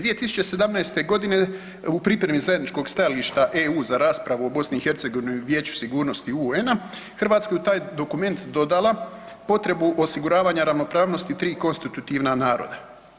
2017. godine u pripremi zajedničkog stajališta EU za raspravu o BiH u Vijeću sigurnosti UN-a Hrvatska je u taj dokument dodala potrebu osiguranja ravnopravnosti tri konstitutivna naroda.